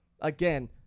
again